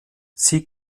sie